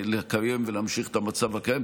לקיים ולהמשיך את המצב הקיים.